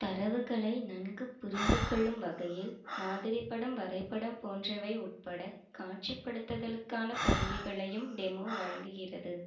தரவுகளை நன்கு புரிந்துகொள்ளும் வகையில் மாதிரிபடம் வரைபடம் போன்றவை உட்பட காட்சிப்படுத்துதலுக்கான கருவிகளையும் டெமோ வழங்குகிறது